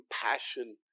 compassion